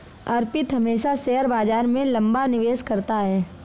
अर्पित हमेशा शेयर बाजार में लंबा निवेश करता है